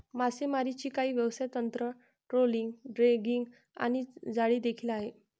मासेमारीची काही व्यवसाय तंत्र, ट्रोलिंग, ड्रॅगिंग आणि जाळी देखील आहे